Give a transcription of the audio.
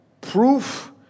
proof